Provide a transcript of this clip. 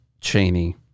Cheney